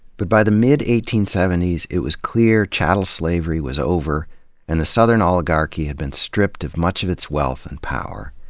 but by the mid eighteen seventy s, it was clear chattel slavery was over and the southern oligarchy had been stripped of much of its wealth and power.